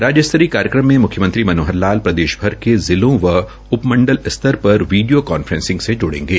राज्य स्तरीय कार्यकंम में मुख्यमंत्री मनोहर लाल प्रदेश के जिलों व उपमंडल स्तर पर वीडियो कांफ्रेस से ज्ड़ेगे